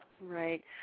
Right